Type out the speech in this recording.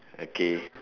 okay